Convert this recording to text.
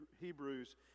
Hebrews